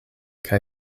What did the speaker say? kaj